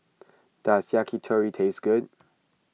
does Yakitori taste good